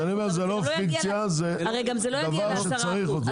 אז אני אומר זו לא פיקציה, זה דבר שצריך אותו.